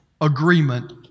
agreement